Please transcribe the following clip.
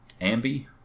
Ambi